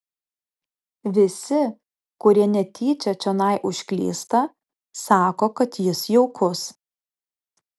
visi kurie netyčia čionai užklysta sako kad jis jaukus